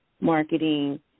marketing